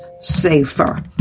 safer